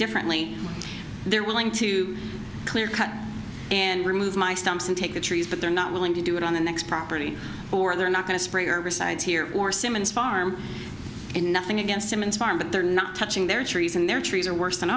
differently they're willing to clear cut and remove my stumps and take the trees but they're not willing to do it on the next property or they're not going to spray or science here or simmons farm and nothing against simmons farm but they're not touching their trees and their trees are worse than